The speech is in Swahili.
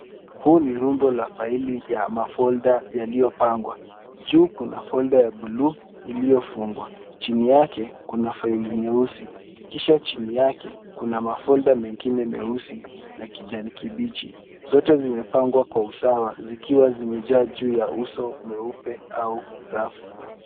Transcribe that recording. Hili ni rundo la faili ya mafolda yaliyopangwa, juu kuna folda ya bluu iliyofungwa, chini yake kuna faili nyeusi, kisha chini yake kuna mafolda mengine meusi na kijani kibichi, zote zimepangwa kwa usawa zikiwa zimejaa juu ya uso mweupe au rafu.